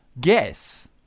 guess